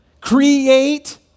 create